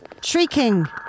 Shrieking